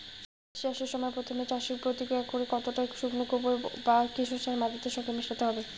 সবজি চাষের সময় প্রথম চাষে প্রতি একরে কতটা শুকনো গোবর বা কেঁচো সার মাটির সঙ্গে মেশাতে হবে?